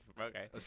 okay